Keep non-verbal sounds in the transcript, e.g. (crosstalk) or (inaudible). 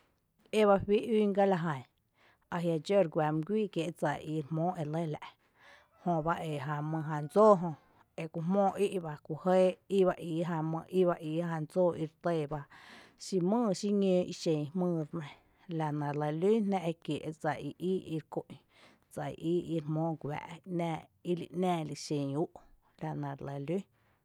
Éba juí ún gála jan, ajia’ dxó ere guⱥ mý guíi kiée’ dsa i jmóo e lɇ la’ jöba (noise) ejan mý jan dsóo jö eku jmóo í’ ba ku jɇɇ íba íí jan mý íba íí jan dsóó ire tɇɇ bá xí mýyý xi ñǿǿ ixen jmýy re nɇ, la nɇ re lɇ lún jná ekiee’ dsa i íí ere kú’n, dsa i íí ere jmóo guⱥⱥ’ ili ‘nⱥⱥ lixen úú’ la nɇ re lɇ lún.